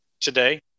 today